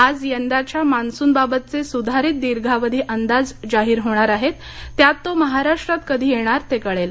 आज यंदाच्या मान्सून बाबतचे सूधारित दीर्घावधी अंदाज जाहीर होणार आहेत त्यात तो महाराष्ट्रात कधी येणार ते कळेल